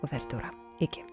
uvertiūra iki